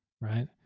Right